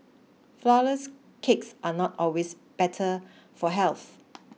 flourless cakes are not always better for health